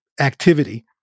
activity